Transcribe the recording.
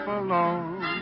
alone